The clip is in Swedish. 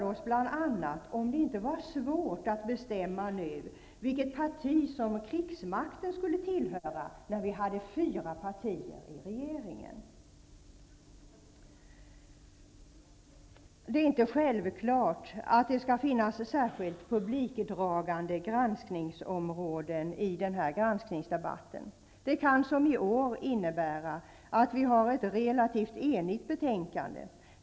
De undrade bl.a. om det inte var svårt att bestämma vilket parti som krigsmakten skulle tillhöra när det nu fanns fyra partier i regeringsställning. Det är inte självklart att det skall finnas särskilt publikdragande granskningsområden i den här granskningsdebatten. I år innebär det att utskottet har uttalat sig relativt enigt i betänkandet.